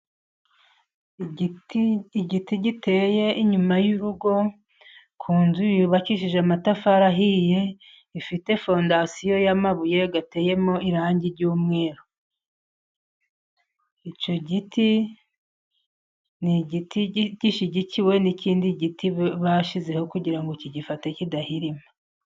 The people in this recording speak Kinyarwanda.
Igiti, igiti giteye inyuma y'urugo, ku nzu yubakishije amatafari ahiye, ifite fondasiyo y'amabuye ateyemo irangi ry'umweru. Icyo giti ni gishyigikiwe n'ikindi giti bashyizeho kugira ngo kigifate kidahirima.